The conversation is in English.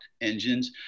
engines